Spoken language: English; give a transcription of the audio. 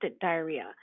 diarrhea